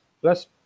plus